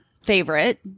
favorite